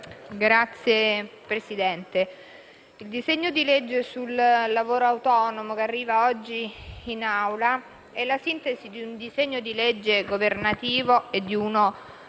Signor Presidente, il disegno di legge sul lavoro autonomo che arriva oggi in Aula è la sintesi di un disegno di legge governativo e di uno parlamentare.